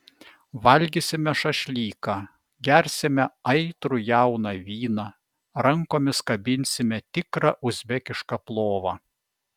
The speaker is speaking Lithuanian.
valgysime šašlyką gersime aitrų jauną vyną rankomis kabinsime tikrą uzbekišką plovą